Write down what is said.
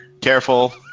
Careful